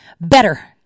better